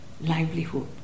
livelihood